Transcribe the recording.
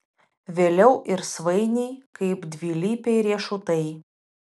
vėliau ir svainiai kaip dvilypiai riešutai